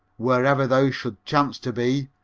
wherever thou should chance to be.